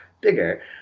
bigger